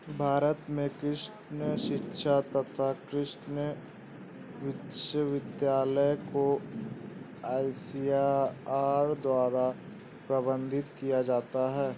भारत में कृषि शिक्षा तथा कृषि विश्वविद्यालय को आईसीएआर द्वारा प्रबंधित किया जाता है